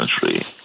country